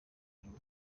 inyuma